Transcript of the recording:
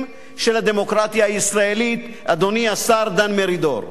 של הדמוקרטיה הישראלית" אדוני השר דן מרידור,